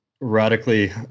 radically